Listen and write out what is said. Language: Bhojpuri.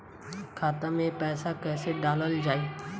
खाते मे पैसा कैसे डालल जाई?